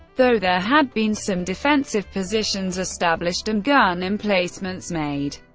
though there had been some defensive positions established and gun emplacements made,